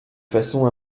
façon